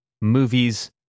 movies